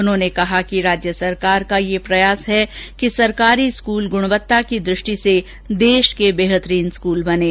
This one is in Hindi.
उन्होंने कहा कि राज्य सरकार का यह प्रयास है कि सरकारी स्कूल गुणवत्ता की दृष्टि से देश के बेहतरीन स्कूल बनें